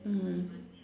mm